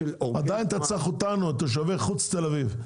עדיין אתה צריך אותנו, את תושבי חוץ תל אביב.